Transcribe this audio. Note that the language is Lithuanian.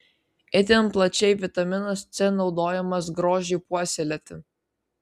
itin plačiai vitaminas c naudojamas grožiui puoselėti